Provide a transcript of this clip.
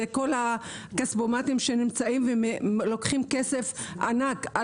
זה כל הכספומטים שנמצאים ולוקחים כסף ענק,